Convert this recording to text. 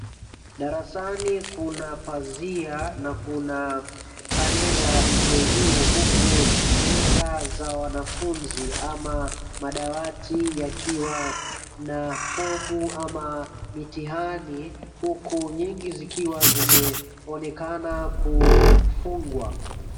Darasani kuna pazia na kuna kalenda iliyojuu, huku meza za wanafunzi ama madawati yakiwa na fomu ama mitihani, huku nyingi zikiwa zimeonekana kufungwa.